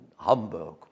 Hamburg